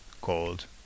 called